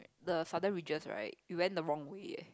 the southern ridges right we went the wrong way eh